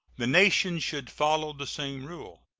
the nation should follow the same rule.